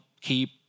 keep